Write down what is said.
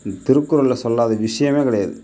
இந்த திருக்குறளில் சொல்லாத விஷயமே கிடையாது